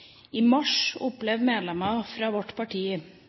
I mars opplevde en stor gruppe medlemmer fra vårt